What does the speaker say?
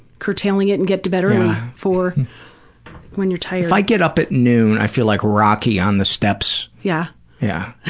curtailing it and get to bed early for when you're tired. if i get up before noon, i feel like rocky on the steps. yeah yeah